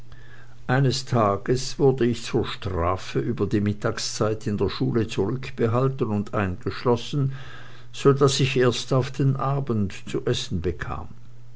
eines tages wurde ich zur strafe über die mittagszeit in der schule zurückbehalten und eingeschlossen so daß ich erst auf den abend zu essen bekam